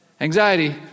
Anxiety